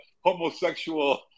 homosexual